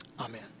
Amen